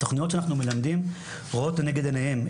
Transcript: התוכניות שאנחנו מלמדים רואות לנגד עיניהם,